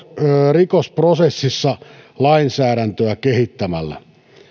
rikosprosessissa lainsäädäntöä kehittämällä